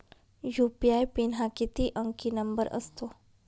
UPI pin हा किती अंकी नंबर असतो?